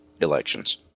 elections